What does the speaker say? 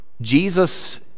Jesus